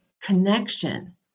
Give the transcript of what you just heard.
connection